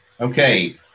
Okay